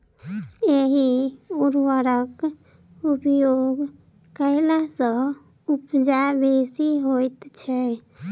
एहि उर्वरकक उपयोग कयला सॅ उपजा बेसी होइत छै